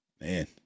Man